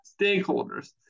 stakeholders